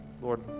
Lord